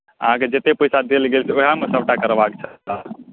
अहाँके जतेक पैसा देल गेल उएहमे सभटा करबाक छले ने